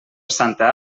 santa